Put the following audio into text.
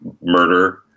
Murder